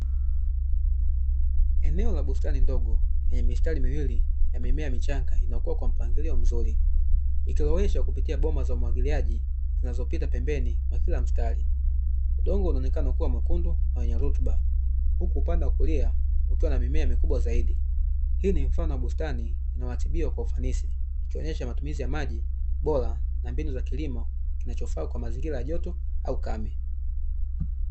Eneo la bustani ndogo yenye mistari miwili ya mimea michanga, inayokua kwa mpangilio mzuri, ikiloweshwa kupitia bomba za umwagiliaji zinazopita pembeni kwa kila mstari. Udongo unaonekana kuwa mwekundu na wenye rutuba, huku upande wa kulia ukiwa na mimea mikubwa zaidi. Huu ni mfano wa bustani inayoratibiwa kwa ufanisi, ikionyesha matumizi ya maji bora na mbinu za kilimo, kinachofaa kwa mazingira ya joto au ukame.